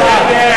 משרד התיירות (הכשרת כוח-אדם בתיירות),